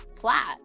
flat